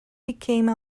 became